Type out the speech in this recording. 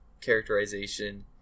characterization